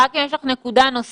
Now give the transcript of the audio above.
רק אם יש לך נקודה נוספת,